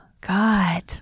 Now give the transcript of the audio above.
God